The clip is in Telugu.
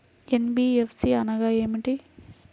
ఎన్.బీ.ఎఫ్.సి అనగా ఏమిటీ?